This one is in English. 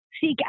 seek